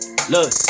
Look